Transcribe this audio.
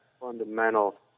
fundamental